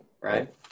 right